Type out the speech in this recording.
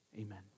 Amen